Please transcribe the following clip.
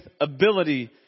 ability